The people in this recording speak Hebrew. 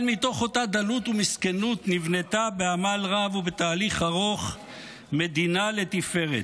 אבל מתוך אותה דלות ומסכנות נבנתה בעמל רב ובתהליך ארוך מדינה לתפארת,